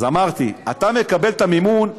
תהיה אופציה שהמדינה תוכל להעניק לו הלוואה בערובות המתאימות,